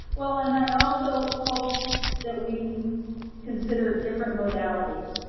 well, and i also hope that we consider different modalities.